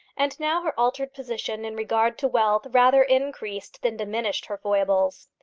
and now her altered position in regard to wealth rather increased than diminished her foibles.